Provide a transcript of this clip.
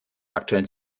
aktuellen